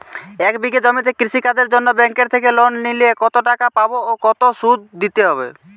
এক বিঘে জমিতে কৃষি কাজের জন্য ব্যাঙ্কের থেকে লোন নিলে কত টাকা পাবো ও কত শুধু দিতে হবে?